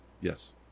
Yes